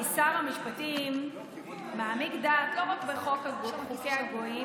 כי שר המשפטים מעמיק דעת לא רק בחוקי הגויים,